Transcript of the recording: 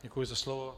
Děkuji za slovo.